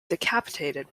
decapitated